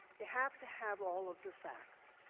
you have to have all of the facts.